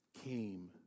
came